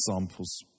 examples